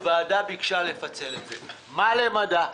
הוועדה ביקשה לפצל את זה, להגיד מה למדע וכו'.